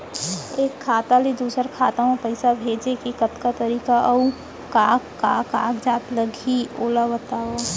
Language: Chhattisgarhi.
एक खाता ले दूसर खाता मा पइसा भेजे के कतका तरीका अऊ का का कागज लागही ओला बतावव?